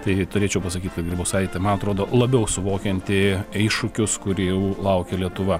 tai turėčiau pasakyt kad grybauskaitė man atrodo labiau suvokianti iššūkius kurių laukia lietuva